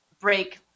break